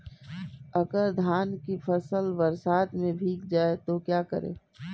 अगर धान की फसल बरसात में भीग जाए तो क्या करें?